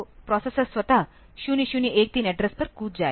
तो प्रोसेसर स्वतः 0013 एड्रेस पर कूद जाएगा